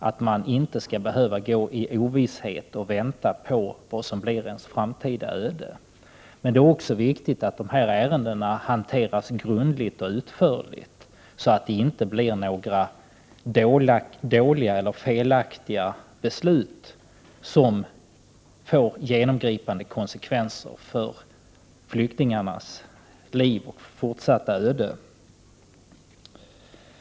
Vederbörande skall inte behöva leva i ovisshet om det framtida ödet. Det är också viktigt att ärendena hanteras grundligt och utförligt, så att det inte blir några dåliga eller felaktiga beslut, som får genomgripande konsekvenser för flyktingarnas fortsatta öde.